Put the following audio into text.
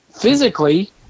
physically